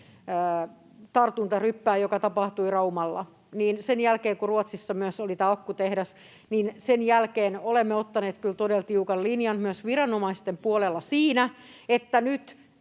työpaikkatartuntaryppään, joka tapahtui Raumalla, että sen jälkeen, kun myös Ruotsissa oli tämä akkutehdas, otimme kyllä todella tiukan linjan myös viranomaisten puolella siinä, että nyt